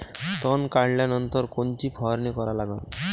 तन काढल्यानंतर कोनची फवारणी करा लागन?